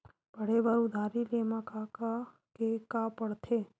पढ़े बर उधारी ले मा का का के का पढ़ते?